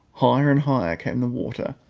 higher and higher came the water,